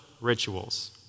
rituals